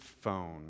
phone